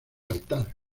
altar